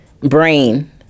Brain